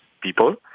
people